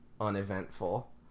uneventful